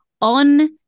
on